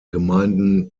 gemeinden